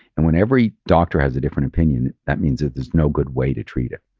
and when every doctor has a different opinion, that means that there's no good way to treat it.